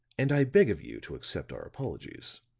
and i beg of you to accept our apologies.